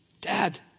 Dad